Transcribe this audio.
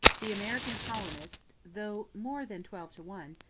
the american colonists, though more than twelve to one,